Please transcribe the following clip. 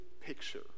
picture